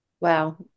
Wow